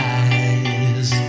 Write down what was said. eyes